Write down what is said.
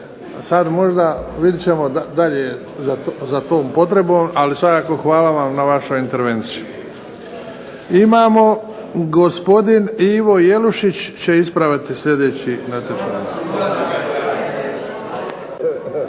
sada možda vidjet ćemo dalje za tom potrebom ali svakako hvala vam na vašoj intervenciji. Imamo gospodin Ivo Jelušić će ispraviti netočan